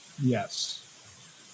Yes